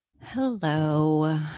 Hello